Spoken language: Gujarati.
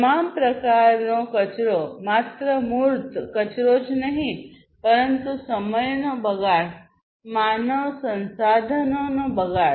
તમામ પ્રકારનો કચરો માત્ર મૂર્ત કચરો જ નહીં પરંતુ સમયનો બગાડ માનવ સંસાધનોનો બગાડ